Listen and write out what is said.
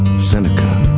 seneca,